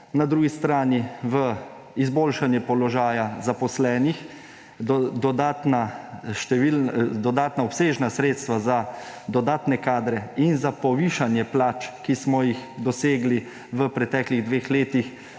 Na drugi strani v izboljšanje položaja zaposlenih, dodatna obsežna sredstva za dodatne kadre in za povišanje plač, ki smo jih dosegli v preteklih dveh letih,